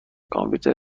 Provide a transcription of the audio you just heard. کامپیوتر